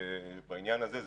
בעניין הזה,